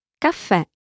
Caffè